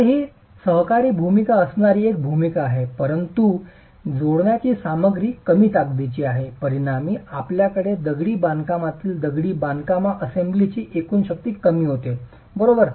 तर ही सहकारी भूमिका असणारी एक भूमिका आहे परंतु जोडण्याची सामग्री कमी ताकदीची आहे परिणामी आपल्याकडे दगडी बांधकामातील दगडी बांधकामा असेंब्लीची एकूण शक्ती कमी होते बरोबर